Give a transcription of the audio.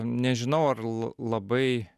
nežinau ar la labai